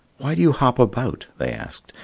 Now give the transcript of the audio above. why do you hop about, they asked,